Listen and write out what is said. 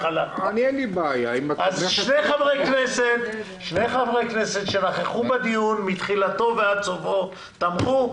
הצבעה אושר שני חברי כנסת שנכחו בדיון מתחילתו ועד סופו תמכו.